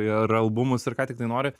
ir albumus ir ką tiktai nori